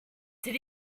did